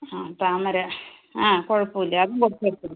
ആ താമര ആ കുഴപ്പമല്ല അതും കുറച്ച് എടുത്തോളൂ